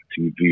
tv